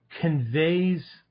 conveys